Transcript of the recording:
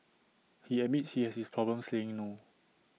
he admits he has this problems saying no